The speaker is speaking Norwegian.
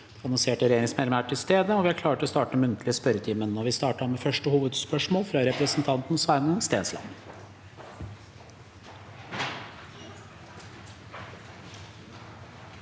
annonserte regjeringsmedlemmene er til stede, og vi er klare til å starte den muntlige spørretimen. Vi starter da med første hovedspørsmål, fra representanten Sveinung Stensland.